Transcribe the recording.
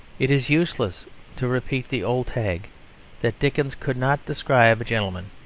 it is useless to repeat the old tag that dickens could not describe a gentleman.